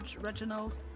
Reginald